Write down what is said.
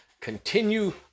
continue